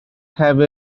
have